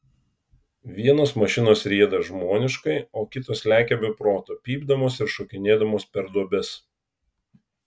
vienos mašinos rieda žmoniškai o kitos lekia be proto pypdamos ir šokinėdamos per duobes